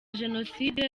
jenoside